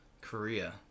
korea